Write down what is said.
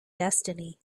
destiny